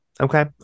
okay